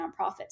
nonprofits